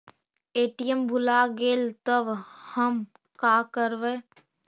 ATM भुला गेलय तब हम काकरवय?